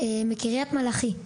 א': מקריית מלאכי.